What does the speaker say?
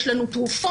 יש לנו תרופות,